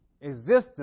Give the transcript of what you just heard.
existence